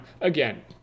again